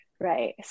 right